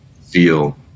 feel